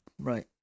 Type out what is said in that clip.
Right